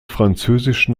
französischen